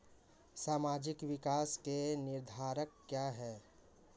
सामाजिक विकास के निर्धारक क्या है?